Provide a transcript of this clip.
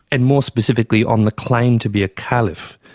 and more specifically on the claim to be a caliph.